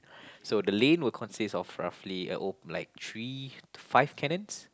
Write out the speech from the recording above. so the lane will consist of roughly a like three to five canons